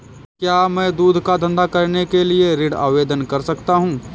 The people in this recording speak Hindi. क्या मैं दूध का धंधा करने के लिए ऋण आवेदन कर सकता हूँ?